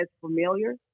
familiar